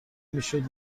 میشد